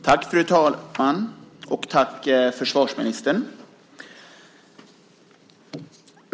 Fru talman! Jag vill tacka försvarsministern.